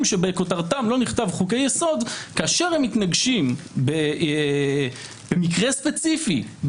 שבכותרתם לא נכתב חוקי יסוד כאשר הם מתנגשים במקרה ספציפי,